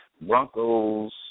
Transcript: Broncos